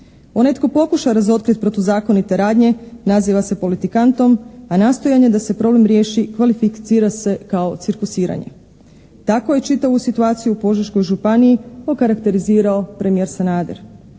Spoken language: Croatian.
Onaj tko pokuša razotkriti protuzakonite radnje naziva se politikantom, a nastojanje da se problem riješi kvalificira se kao cirkusiranje. Tako je čitavu situaciju u Požeškoj županiji okarakterizirao premijer Sanader.